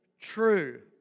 true